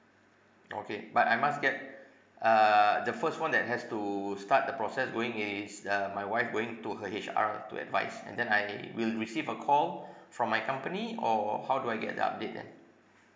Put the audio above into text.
okay but I must get err the first one that has to start the process going is the my wife going to her H_R to advice and then I will receive a call from my company or how do I get the update then